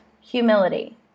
humility